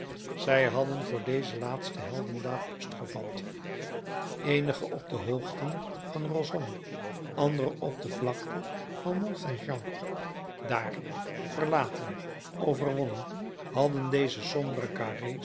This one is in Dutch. zij hadden voor deze laatste heldendaad post gevat eenige op de hoogten van rossomme andere op de vlakte van mont saint jean daar verlaten overwonnen hadden deze sombere